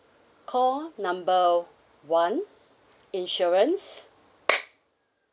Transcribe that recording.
call number one insurance